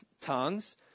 tongues